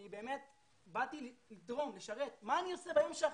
באמת באתי לתרום, לשרת, מה אני עושה ביום שאחרי?